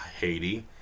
Haiti